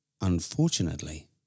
Unfortunately